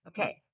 Okay